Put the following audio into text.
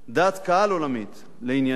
דעת קהל עולמית, לענייננו?